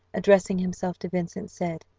addressing himself to vincent, said,